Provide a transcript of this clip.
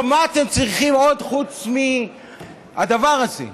מה אתם צריכים עוד חוץ מהדבר הזה?